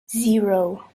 zero